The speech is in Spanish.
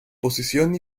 posición